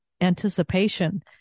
anticipation